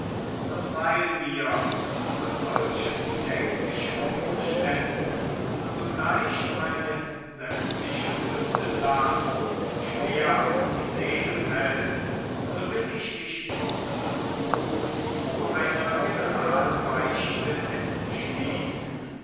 und weil mir unter solchen bedenklichen umständen sogleich meine sämtliche sündenlast schwer auf die seele fällt so will ich mich kurz und gut zu einer generalbeichte entschließen